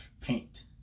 paint